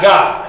God